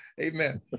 amen